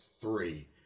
three